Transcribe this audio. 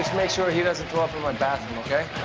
make sure he doesn't throw up in my bathroom. ok?